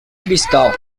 cristal